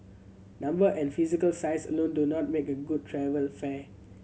number and physical size alone do not make a good travel fair